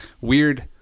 Weird